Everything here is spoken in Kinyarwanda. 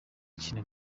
kina